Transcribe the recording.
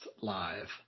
Live